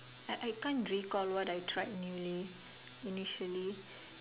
I I can't recall what I tried newly initially